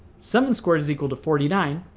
seven squared is equal to forty nine,